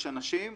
יש אנשים,